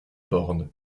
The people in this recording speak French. born